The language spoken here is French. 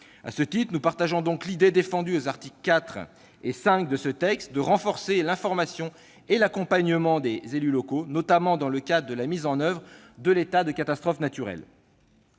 À ce titre, nous partageons l'idée, défendue aux articles 4 et 5 de ce texte, de renforcer l'information et l'accompagnement des élus locaux, notamment dans le cadre de la mise en oeuvre de l'état de catastrophe naturelle.